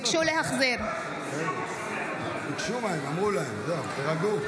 ביקשו, אמרו להן, תירגעו.